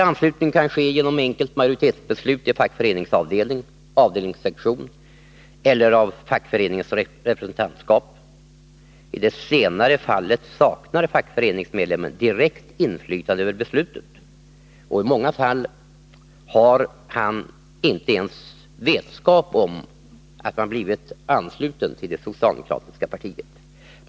Anslutningen kan ske genom enkelt majoritetsbeslut i fackföreningsav delning, avdelningssektion eller fackföreningens representantskap. I det senare fallet saknar fackföreningsmedlemmen direkt inflytande över beslutet, och i många fall har han inte ens vetskap om att han blivit ansluten till det socialdemokratiska partiet.